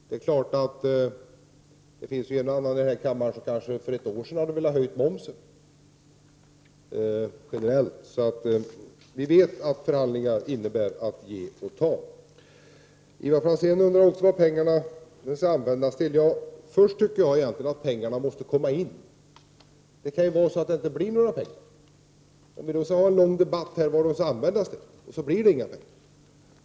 Det är klart att det finns en och annan ledamot i denna kammare som för ett år sen kanske hade velat höja momsen. Ivar Franzén undrade också vad pengarna skall användas till. Först tycker jag emellertid att pengarna måste komma in. Det kan ju vara så att det inte blir några pengar. Skall vi ha en lång debatt om vad de skall användas till, när det sedan kanske inte blir några pengar?